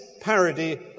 parody